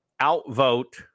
outvote